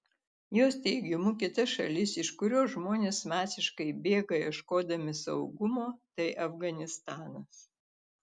jos teigimu kita šalis iš kurios žmonės masiškai bėga ieškodami saugumo tai afganistanas